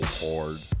hard